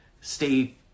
stay